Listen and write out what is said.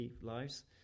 lives